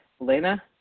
Elena